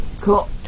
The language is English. Cool